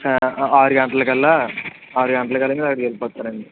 ఆరు గంటలకల్లా ఆరు గంటలకల్లా మీరు అక్కడికి వెళ్ళిపోతారండి